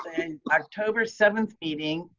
and october seventh meeting,